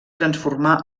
transformar